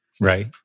Right